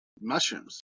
mushrooms